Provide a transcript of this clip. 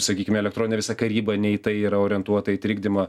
sakykim elektroninė visa karyba ne į tai yra orientuota į trikdymą